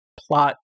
plot